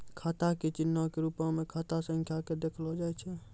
खाता के चिन्हो के रुपो मे खाता संख्या के देखलो जाय छै